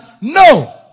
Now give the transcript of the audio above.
No